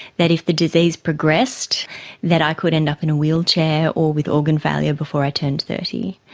that if the disease progressed that i could end up in a wheelchair or with organ failure before i turned thirty.